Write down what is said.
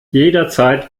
jederzeit